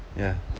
ya